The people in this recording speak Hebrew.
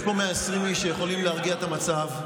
יש פה 120 איש שיכולים להרגיע את המצב,